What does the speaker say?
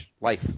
life